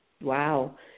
wow